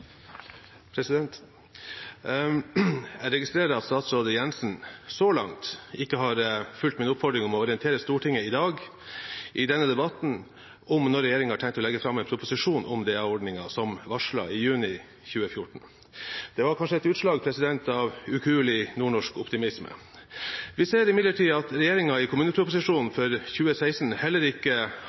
Jeg registrerer at statsråd Jensen så langt ikke har fulgt min oppfordring om å orientere Stortinget i dag i denne debatten om når regjeringen har tenkt å legge fram en proposisjon om DA-ordningen, som varslet i juni 2014. Det var kanskje et utslag av ukuelig nordnorsk optimisme. Vi ser imidlertid at regjeringen i kommuneproposisjonen for 2016 heller ikke